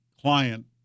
client